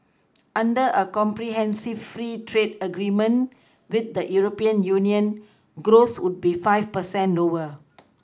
under a comprehensive free trade agreement with the European Union growth would be five percent lower